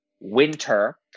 winter